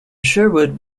sherwood